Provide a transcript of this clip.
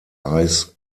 eis